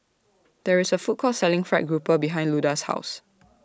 There IS A Food Court Selling Fried Grouper behind Luda's House